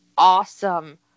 awesome